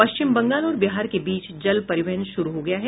पश्चिम बंगाल और बिहार के बीच जल परिवहन शुरू हो गया है